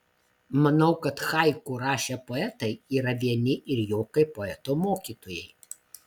manau kad haiku rašę poetai yra vieni ir jo kaip poeto mokytojai